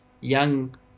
young